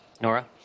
Nora